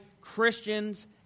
Christians